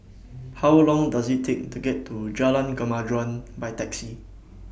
How Long Does IT Take to get to Jalan Kemajuan By Taxi